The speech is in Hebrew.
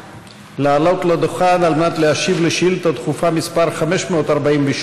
לעלות לדוכן על מנת להשיב לשאילתה דחופה מס' 548,